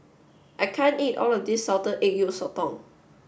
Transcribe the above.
I can't eat all of this salted egg yolk sotong